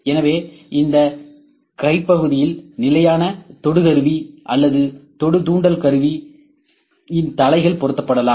எனவே இந்த கைபகுதிகளில் நிலையான தொடுகருவி அல்லது தொடு தூண்டுதல் தொடுகருவி தலைகள் பொருத்தப்படலாம்